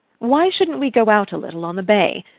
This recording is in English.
why shouldn't we go out a little on the bay?